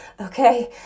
okay